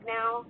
now